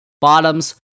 Bottoms